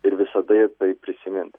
ir visada ją taip prisimint